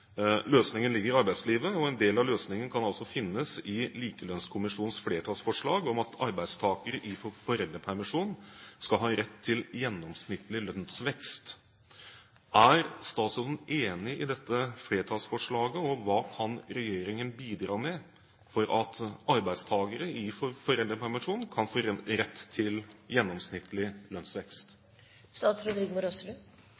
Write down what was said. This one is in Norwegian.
Løsningen ligger i arbeidslivet, og en del av løsningen kan altså finnes i Likelønnskommisjonens flertallsforslag om at arbeidstakere i foreldrepermisjon skal ha rett til gjennomsnittlig lønnsvekst. Er statsråden enig i dette flertallsforslaget, og hva kan regjeringen bidra med for at arbeidstakere i foreldrepermisjon kan få rett til gjennomsnittlig